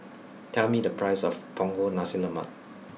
tell me the price of Punggol Nasi Lemak